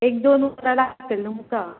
एक दोन वरां लागतली तुमकां